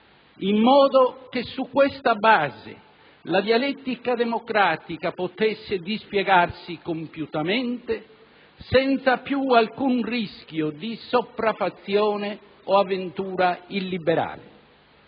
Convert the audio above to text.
in modo che su questa base la dialettica democratica potesse dispiegarsi compiutamente, senza più alcun rischio di sopraffazione o avventura illiberale.